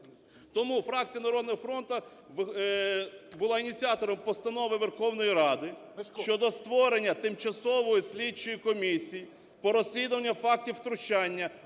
Тому фракція "Народного фронту" була ініціатором Постанови Верховної Ради щодо створення Тимчасової слідчої комісії по розслідуванню фактів втручання